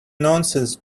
nonsense